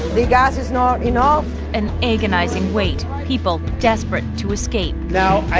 the gas is not enough an agonizing wait, people desperate to escape. now,